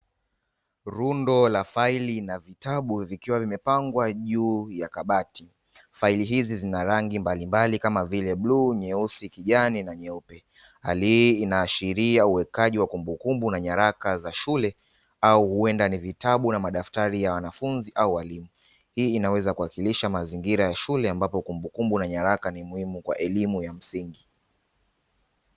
Rundo la faili na vitabu vikiwa vimepangwa juu ya kabati. Faili hizi zina rangi mbalimbali kama vile: bluu, nyeusi, kijani na nyeupe. Hali hii inaashiria uwekaji wa kumbukumbu na nyaraka za shule au huenda ni vitabu na madaftari ya wanafunzi au walimu. Hii inaweza kuwakilisha mazingira ya shule ambapo kumbukumbu na nyaraka ni muhimu kwa elimu ya msingi.